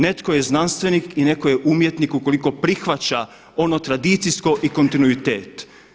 Netko je znanstvenik i neko je umjetnik ukoliko prihvaća ono tradicijsko i kontinuitet.